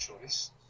choice